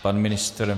Pan ministr?